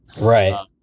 Right